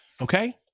okay